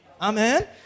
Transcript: Amen